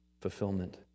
fulfillment